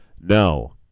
No